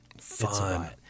Fun